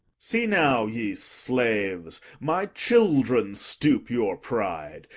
see now, ye slaves, my children stoop your pride,